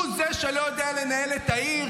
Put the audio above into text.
הוא זה שלא יודע לנהל את העיר.